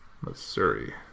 Missouri